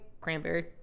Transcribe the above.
cranberry